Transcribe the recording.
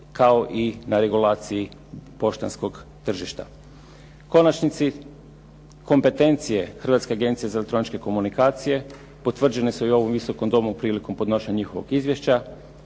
kao i na regulaciji poštanskog tržišta. U konačnici, kompetencije Hrvatske agencije za elektroničke komunikacije potvrđene su i u ovom Visokom domu prilikom podnošenja njihovog izvješća,